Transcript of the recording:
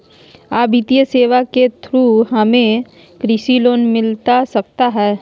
आ वित्तीय सेवाएं के थ्रू हमें कृषि लोन मिलता सकता है?